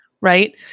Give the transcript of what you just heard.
Right